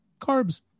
carbs